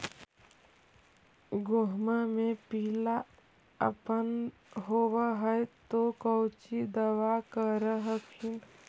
गोहुमा मे पिला अपन होबै ह तो कौची दबा कर हखिन?